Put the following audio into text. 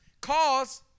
cause